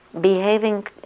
behaving